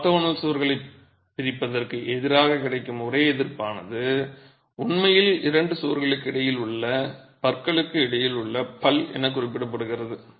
orthogonal சுவர்களைப் பிரிப்பதற்கு எதிராகக் கிடைக்கும் ஒரே எதிர்ப்பானது உண்மையில் இரண்டு சுவர்களுக்கு இடையில் உள்ள பற்களுக்கு இடையில் உள்ள பல் என குறிப்பிடப்படுகிறது